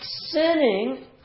Sinning